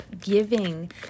giving